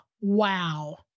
wow